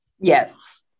Yes